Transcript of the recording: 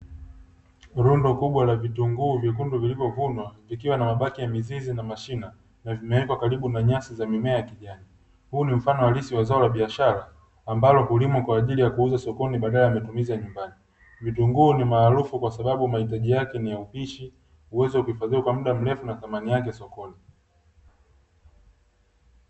Lundo kubwa la vitunguu vyekundu vilivyovunwa vikiwa na mabaki ya mizizi na mashina, na vimewekwa karibu na nyasi za mimea ya kijani. Huu ni mfano halisi wa zao la biashara, ambalo hulimwa kwa ajili ya kuuzwa sokoni badala ya matumizi ya nyumbani. Vitunguu ni maarufu kwa sababu mahitaji yake ni ya upishi, uwezo wa kuhifadhiwa kwa muda mrefu na thamani yake sokoni.